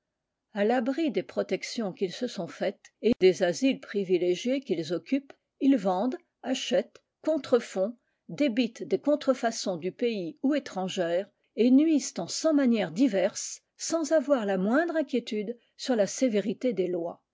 à l'abri des protections qu'ils se sont faites et des asiles privilégiés qu'ils occupent ils vendent achètent contrefont débitent des contrefaçons du pays ou étrangères et nuisent en cent manières diverses sans avoir la moindre inquiétude sur la sévérité des lois